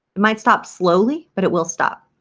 it might stop slowly but it will stop.